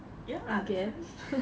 ya that's why